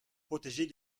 protéger